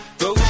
go